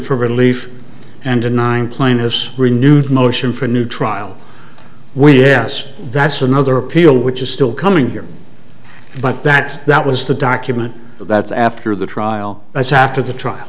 for relief and denying plaintiffs renewed motion for a new trial with yes that's another appeal which is still coming here but that that was the document that's after the trial that's after the trial